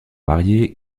mariée